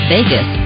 Vegas